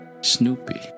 Snoopy